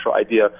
idea